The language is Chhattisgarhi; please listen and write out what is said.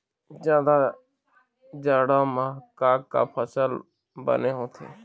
जादा जाड़ा म का का फसल बने होथे?